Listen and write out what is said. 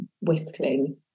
whistling